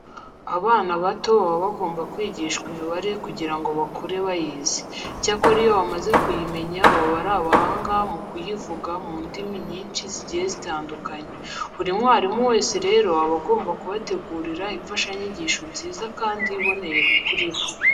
Abana bato baba bagomba kwigishwa imibare kugira ngo bakure bayizi. Icyakora iyo bamaze kuyimenya baba ari abahanga mu kuyivuga mu ndimi nyinshi zigiye zitandukanye. Buri mwarimu wese rero aba agomba kubategurira imfashanyigisho nziza kandi iboneye kuri bo.